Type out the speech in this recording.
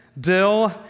dill